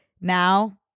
Now